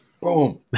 Boom